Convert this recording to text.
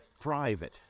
private